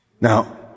Now